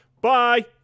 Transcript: Bye